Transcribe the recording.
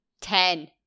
Ten